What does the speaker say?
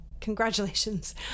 congratulations